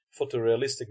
photorealistic